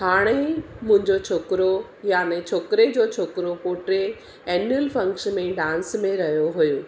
हाणे मुंहिंजो छोकिरो याने छोकिरे जो छोकिरो पोटे एनुअल फंक्शन में डांस में रहियो हुयो